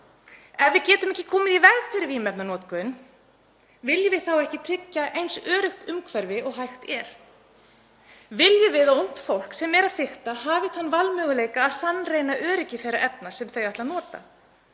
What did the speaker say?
Ef við getum ekki komið í veg fyrir vímuefnanotkun viljum við þá ekki tryggja eins öruggt umhverfi og hægt er? Viljum við að ungt fólk sem er að fikta hafi þann valmöguleika að sannreyna öryggi þeirra efna sem þau ætla að nota?